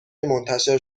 منتشر